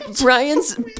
Brian's